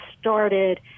started